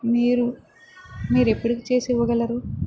మీరు మీరు ఎప్పటికీ చేసి ఇవ్వగలరు